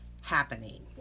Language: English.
happening